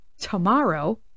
tomorrow